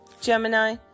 Gemini